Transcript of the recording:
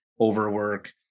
overwork